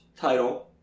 title